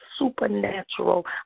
supernatural